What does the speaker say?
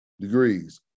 degrees